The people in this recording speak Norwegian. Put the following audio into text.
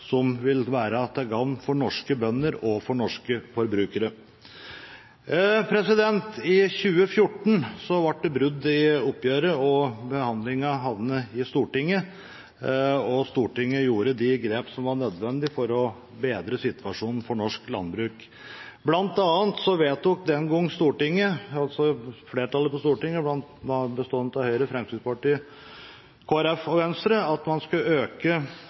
som vil være til gagn for norske bønder og norske forbrukere. I 2014 ble det brudd i oppgjøret, og behandlingen havnet i Stortinget. Stortinget tok de grep som var nødvendig for å bedre situasjonen for norsk landbruk. Blant annet vedtok stortingsflertallet – bestående av Høyre, Fremskrittspartiet, Kristelig Folkeparti og Venstre – den gang at man skulle øke